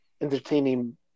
Entertaining